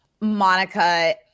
monica